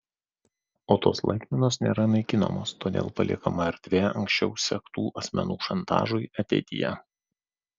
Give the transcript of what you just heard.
o tos laikmenos nėra naikinamos todėl paliekama erdvė anksčiau sektų asmenų šantažui ateityje